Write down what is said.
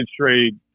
trade